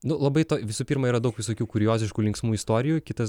nu labai to visų pirma yra daug visokių kurioziškų linksmų istorijų kitas